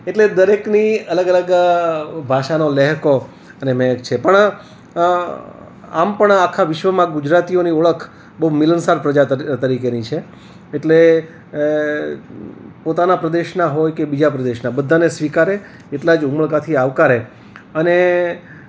એટલે દરેકની અલગ અલગ ભાષાનો લહેકો અને મેક છે પણ આમ પણ આખા વિશ્વમાં ગુજરાતીઓની ઓળખ બહુ મિલનસાર પ્રજા તરીકેની છે એટલે પોતાના પ્રદેશના હોય કે બીજા પ્રદેશના બધાને સ્વીકારે એટલા જ ઉમળકાથી આવકારે અને